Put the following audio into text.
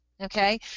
Okay